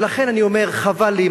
ולכן, אני אומר: חבל לי.